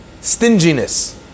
stinginess